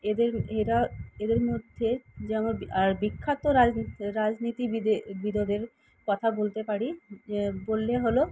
এদের এরা এদের মধ্যে যে আমার বিখ্যাত রাজনীতিবিদের বিদদের কথা বলতে পারি বললে হল